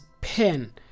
pen